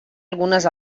algunes